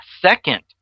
second